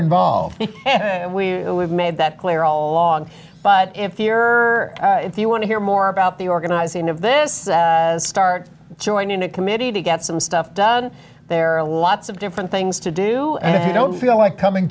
involved and we have made that clear all along but if you're if you want to hear more about the organizing of this start joining a committee to get some stuff done there are lots of different things to do and i don't feel like coming